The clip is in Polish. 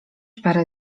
parę